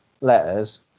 letters